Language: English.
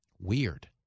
Weird